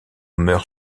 meurt